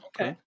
Okay